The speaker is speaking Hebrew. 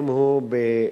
ואם הוא לא